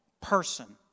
person